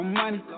money